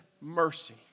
mercy